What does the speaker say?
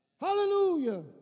Hallelujah